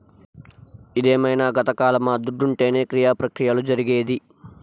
ఇదేమైన గతకాలమా దుడ్డుంటేనే క్రియ ప్రక్రియలు జరిగేది